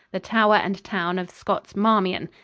the tower and town of scott's marmion.